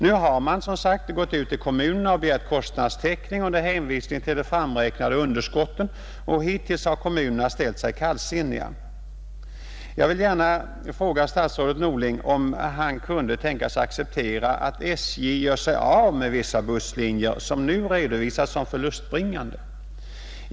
Nu har man som sagt gått ut till kommunerna och begärt kostnadstäckning under hänvisning till de framräknade underskotten, och hittills har kommunerna ställt sig kallsinniga. Jag vill gärna fråga statsrådet Norling om han kunde tänkas acceptera att SJ gör sig av med vissa busslinjer som nu redovisats som förlustbringande.